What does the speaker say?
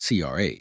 CRA